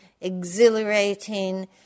exhilarating